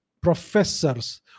professors